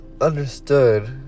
understood